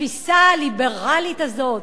התפיסה הליברלית הזאת,